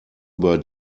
über